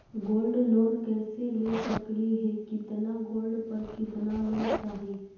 Gold loan कैसे ले सकली हे, कितना गोल्ड पर कितना लोन चाही?